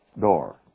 door